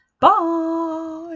Bye